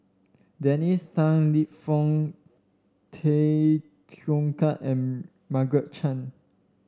Dennis Tan Lip Fong Tay Teow Kiat and Margaret Chan